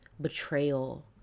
betrayal